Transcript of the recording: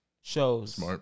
shows